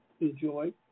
enjoy